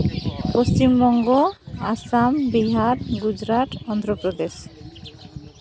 Paschimbanga Assam Bihar Gujarat Andhra Pradesh